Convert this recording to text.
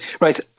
Right